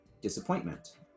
disappointment